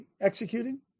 executing